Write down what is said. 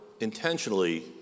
intentionally